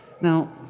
Now